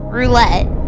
Roulette